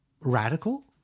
radical